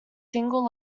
single